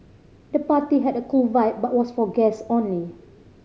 the party had a cool vibe but was for guest only